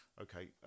okay